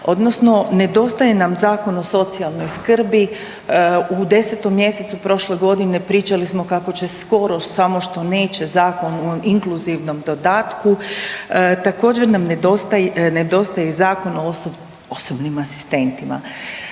odnosno nedostaje nam Zakon o socijalnoj skrbi. U 10. mjesecu pričali smo kako će skoro samo što neće Zakon o inkluzivnom dodatku, također nam nedostaje i Zakon o osobnim asistentima.